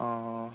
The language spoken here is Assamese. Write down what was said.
অঁ